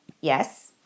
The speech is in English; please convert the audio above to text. Yes